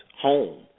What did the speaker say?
home